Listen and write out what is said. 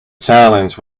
challenge